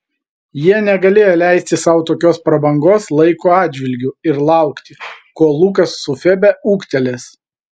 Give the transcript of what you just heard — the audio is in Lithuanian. jie negalėjo leisti sau tokios prabangos laiko atžvilgiu ir laukti kol lukas su febe ūgtelės